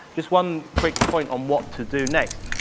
just one quick point on what to do next,